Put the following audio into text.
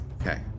Okay